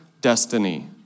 destiny